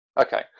okay